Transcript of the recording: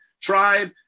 tribe